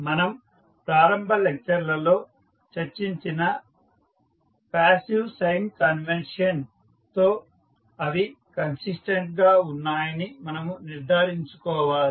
మనం ప్రారంభ లెక్చర్లలో చర్చించిన పాసివ్ సైన్ కన్వెన్షన్ తో అవి కన్సిస్టెంట్ గా ఉన్నాయని మనము నిర్ధారించుకోవాలి